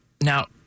Now